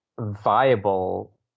viable